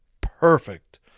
perfect